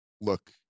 look